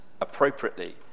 appropriately